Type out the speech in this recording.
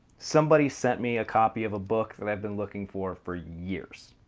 somebody sent me a copy of a book that i've been looking for for years.